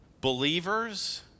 believers